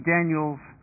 Daniel's